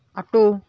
auto